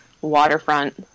waterfront